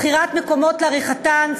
שכירת מקומות לעריכתן,